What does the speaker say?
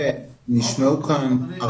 נשמעו כאן הרבה טענות.